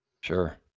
Sure